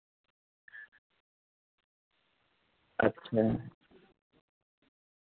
अच्छा